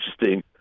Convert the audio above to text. interesting